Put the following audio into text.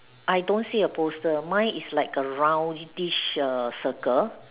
I don't see a poster mine is like a roundish err circle